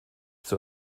zur